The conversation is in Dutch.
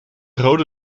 rode